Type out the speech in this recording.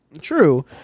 True